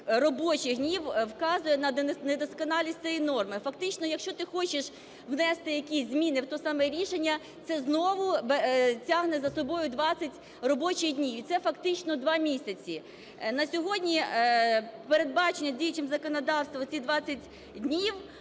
робочих днів, вказує на недосконалість цієї норми. Фактично, якщо ти хочеш внести якісь зміни в те саме рішення, це знову тягне за собою 20 робочих днів. І це фактично 2 місяці. На сьогодні передбачено діючим законодавством ці 20 днів,